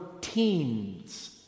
teens